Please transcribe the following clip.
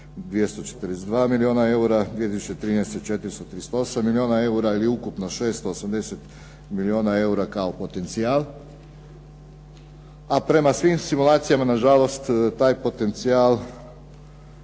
242 milijuna eura, 2013. 438 milijuna eura ili ukupno 680 milijuna eura kao potencijal. A prema svim simulacijama nažalost taj potencijal